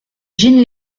jean